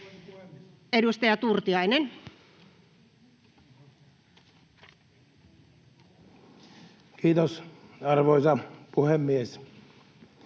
Edustaja Turtiainen. Kiitos, arvoisa puhemies!